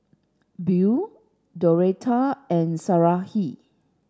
Buell Doretta and Sarahi